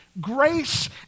grace